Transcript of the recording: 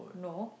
no